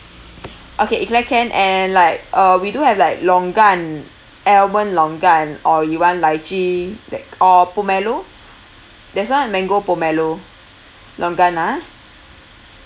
okay eclair can and like uh we do have like longan almond longan or you want lychee that or pomelo there's one mango pomelo longan ah